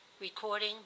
Recording